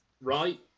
Right